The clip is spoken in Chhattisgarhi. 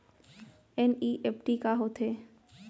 एन.ई.एफ.टी का होथे?